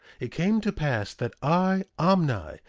it came to pass that i, omni,